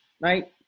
right